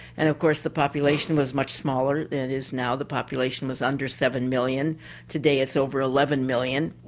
and of course the population was much smaller than it is now, the population was under seven million today it's over eleven million.